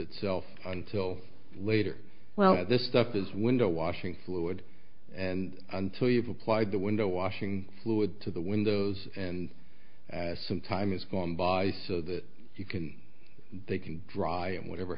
itself until later well this stuff is window washing forward and so you've applied the window washing fluid to the windows and some time has gone by so that you can they can dry and whatever